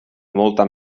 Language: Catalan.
molta